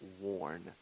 worn